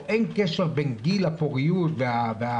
או שאין קשר בין גיל הפוריות והחתונה.